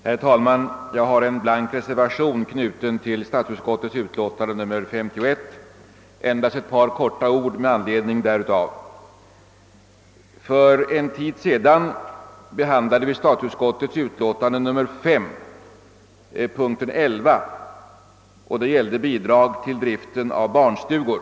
Herr talman! Jag har fogat en blank reservation till statsutskottets utlåtande nr 51 och vill endast säga några få ord med anledning därav. För en tid sedan behandlade vi statsutskottets utlåtande nr 5, punkten 11: Bidrag till driften av barnstugor.